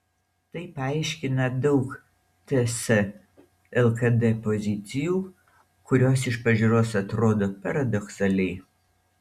tai paaiškina daug ts lkd pozicijų kurios iš pažiūros atrodo paradoksaliai